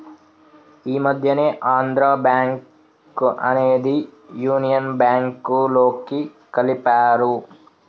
ఈ మధ్యనే ఆంధ్రా బ్యేంకు అనేది యునియన్ బ్యేంకులోకి కలిపారు